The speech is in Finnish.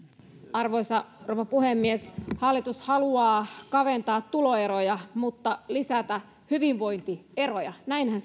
arvoisa rouva puhemies hallitus haluaa kaventaa tuloeroja mutta lisätä hyvinvointieroja näinhän